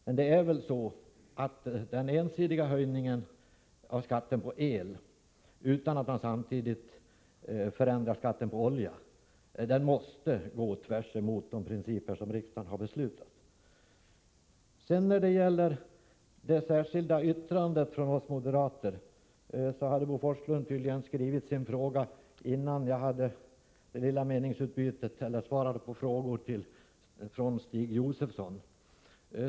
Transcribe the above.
Men den ensidiga höjningen av skatten på el, utan att man samtidigt förändrar skatten på olja, måste innebära att man går tvärtemot dessa principer. När det gäller det särskilda yttrandet från oss moderater hade Bo Forslund tydligen i sitt manus skrivit en fråga som riktade sig till mig, dvs. innan jag svarade på de frågor jag fick från Stig Josefson.